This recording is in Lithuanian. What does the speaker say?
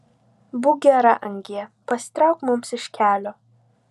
būk gera angie pasitrauk mums iš kelio